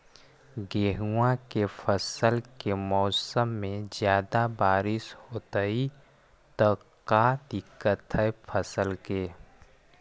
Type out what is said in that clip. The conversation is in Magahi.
गेहुआ के फसल के मौसम में ज्यादा बारिश होतई त का दिक्कत हैं फसल के?